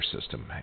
system